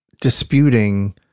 disputing